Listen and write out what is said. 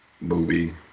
movie